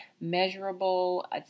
measurable